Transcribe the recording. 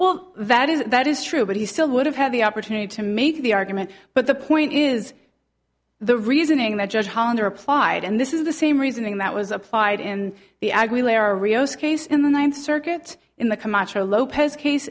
well that is that is true but he still would have had the opportunity to make the argument but the point is the reasoning that judge hollander applied and this is the same reasoning that was applied in the agri lare rios case in the ninth circuit in the camacho lopez case